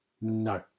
No